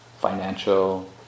financial